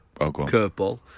curveball